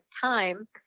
time